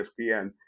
ESPN